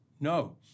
No